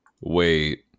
Wait